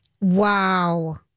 Wow